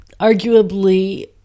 arguably